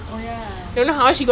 that's why sia so unfair